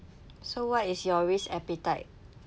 so what is your risk appetite